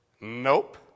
nope